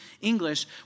English